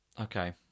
Okay